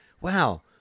wow